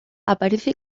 aparece